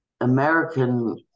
American